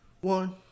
One